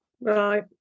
Right